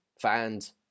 fans